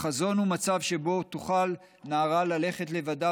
החזון הוא מצב שבו תוכל נערה ללכת לבדה